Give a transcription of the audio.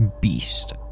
beast